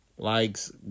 likes